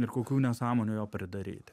ir kokių nesąmonių jo pridaryti